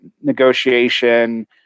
negotiation